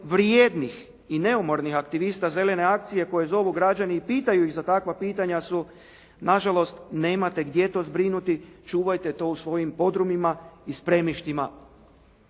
vrijednih i neumornih aktivista "Zelene akcije" koje zovu građani i pitaju ih za takva pitanja su: "Na žalost nemate gdje to zbrinuti, čuvajte to u svojim podrumima i spremištima".